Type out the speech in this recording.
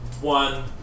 one